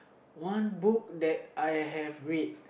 one book that I have read